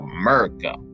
America